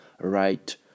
right